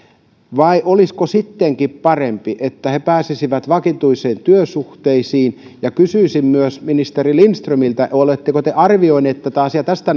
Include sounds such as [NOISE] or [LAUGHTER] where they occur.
vai olisiko sittenkin parempi että he pääsisivät vakituisiin työsuhteisiin kysyisin myös ministeri lindströmiltä oletteko te arvioinut asiaa tästä [UNINTELLIGIBLE]